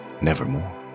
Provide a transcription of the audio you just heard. nevermore